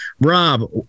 Rob